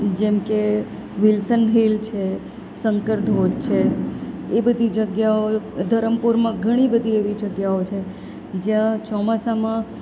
જેમકે Wilson Hill છે શંકર ધોધ છે એ બધી જગ્યાઓ ધરમપુરમાં ઘણી બધી એવી જગ્યાઓ છે જ્યાં ચોમાસામાં